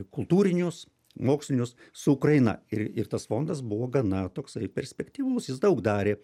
kultūrinius mokslinius su ukraina ir ir tas fondas buvo gana toksai perspektyvus jis daug darė